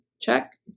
check